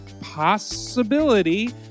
possibility